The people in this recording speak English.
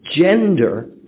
Gender